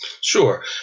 Sure